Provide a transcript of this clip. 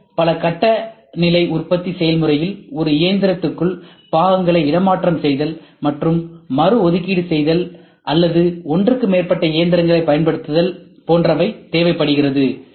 C பல கட்ட நிலை உற்பத்தி செயல்முறையில் ஒரு இயந்திரத்திற்குள் பாகங்களை இடமாற்றம் செய்தல் மற்றும் மறு ஒதுக்கீடு செய்தல் அல்லது ஒன்றுக்கு மேற்பட்ட இயந்திரங்களைப் பயன்படுத்துதல் போன்றவை தேவைப்படுகிறது